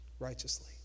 Righteously